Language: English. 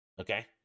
okay